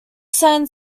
sand